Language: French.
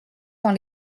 dans